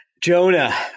Jonah